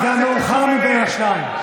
מה זה קשור אליהם?